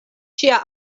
ŝia